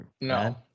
No